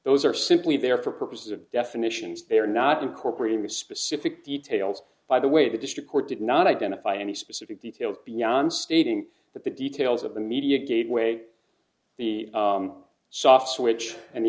are simply there for purposes of definitions they are not incorporating the specific details by the way the district court did not identify any specific details beyond stating that the details of the media gateway the soft switch and the